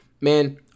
man